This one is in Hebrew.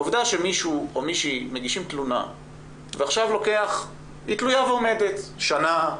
העובדה שמישהו או מישהי מגישים תלונה ועכשיו היא תלויה ועומדת שנה,